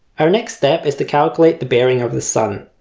our next step is to calculate the bearing of the sun,